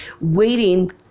waiting